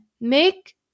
Make